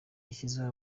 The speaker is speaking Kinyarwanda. yashyizeho